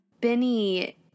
benny